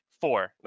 four